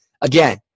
Again